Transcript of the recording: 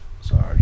Sorry